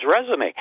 resume